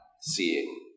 seeing